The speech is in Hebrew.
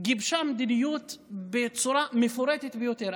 גיבשה מדיניות בצורה מפורטת ביותר.